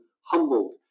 humbled